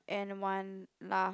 and one lah